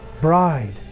bride